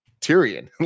Tyrion